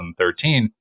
2013